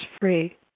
free